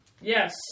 Yes